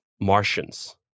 Martians